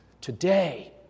Today